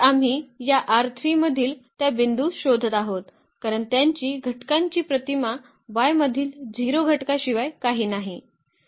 तर आम्ही या मधील त्या बिंदू शोधत आहोत कारण त्यांची घटकांची प्रतिमा y मधील 0 घटकाशिवाय काही नाही